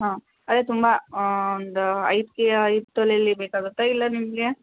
ಹಾಂ ಅದೇ ತುಂಬ ಒಂದು ಐದು ಕೆ ಐದು ತೊಲೆಯಲ್ಲಿ ಬೇಕಾಗುತ್ತಾ ಇಲ್ಲ ನಿಮಗೆ